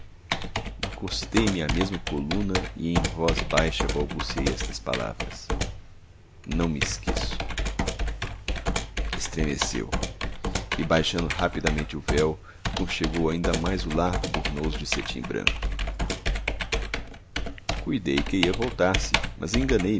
encostei me à mesma coluna e em voz baixa balbuciei estas palavras não me esqueço estremeceu e baixando rapidamente o véu conchegou ainda mais o largo burnous de cetim branco cuidei que ia voltar-se mas enganei-me